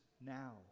now